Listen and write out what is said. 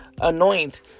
anoint